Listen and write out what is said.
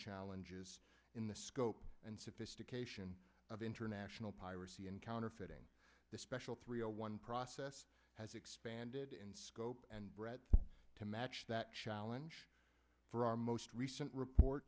challenges in the scope and sophistication of international piracy and counterfeiting the special three zero one process has expanded in scope and breadth to match that challenge for our most recent report